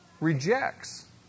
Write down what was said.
Rejects